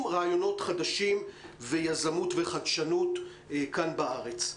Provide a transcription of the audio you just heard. רעיונות חדשים ויזמות וחדשנות כאן בארץ.